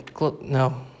no